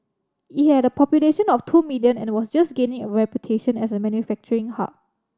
it had a population of two million and was just gaining a reputation as a manufacturing hub